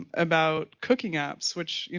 about cooking apps, which, you